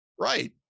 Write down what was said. right